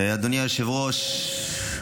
אדוני היושב-ראש,